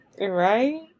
Right